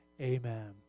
amen